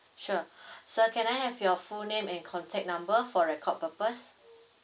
sure sir can I have your full name and contact number for record purpose